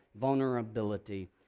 vulnerability